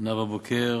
נאוה בוקר